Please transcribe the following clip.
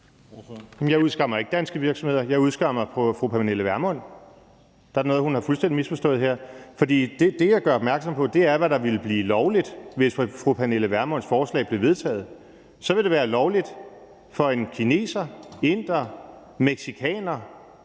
jeg udskammer ikke danske virksomheder – jeg udskammer fru Pernille Vermund. Der er noget, hun har fuldstændig misforstået her, for det, jeg gør opmærksom på, er, hvad der ville blive lovligt, hvis fru Pernille Vermunds forslag blev vedtaget. Så ville det være lovligt for en kineser, inder, mexicaner